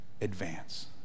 advance